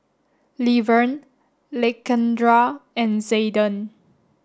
Levern Lakendra and Zaiden